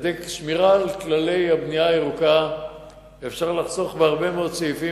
על-ידי שמירה על כללי הבנייה הירוקה אפשר לחסוך בהרבה מאוד סעיפים,